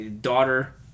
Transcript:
Daughter